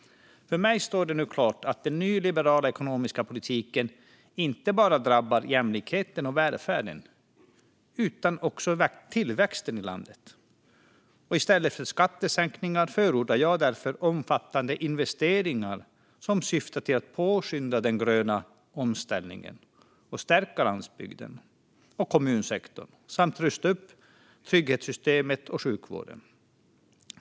För mig står det nu klart att den nyliberala ekonomiska politiken inte bara drabbar jämlikheten och välfärden utan också tillväxten i landet. I stället för skattesänkningar förordar jag därför omfattande investeringar som syftar till att påskynda den gröna omställningen, stärka landsbygden och kommunsektorn samt rusta upp trygghetssystemen och sjukvården.